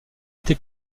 été